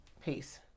Peace